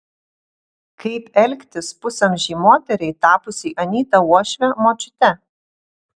kaip elgtis pusamžei moteriai tapusiai anyta uošve močiute